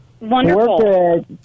Wonderful